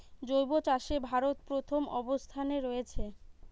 জৈব চাষে ভারত প্রথম অবস্থানে রয়েছে